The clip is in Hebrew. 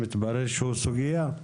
מתברר שהוא סוגיה.